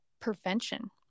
prevention